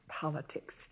politics